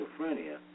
schizophrenia